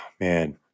man